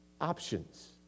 options